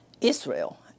Israel